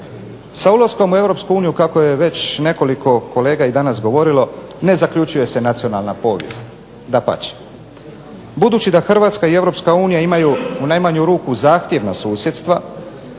u Europsku uniju kako je već nekoliko kolega i danas govorilo ne zaključuje se nacionalna povijest, dapače. Budući da Hrvatska i Europska unija imaju u najmanju ruku zahtjevna susjedstva